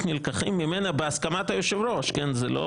נלקחים ממנה בהסכמת היושב ראש כי לא